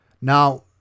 Now